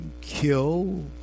Kill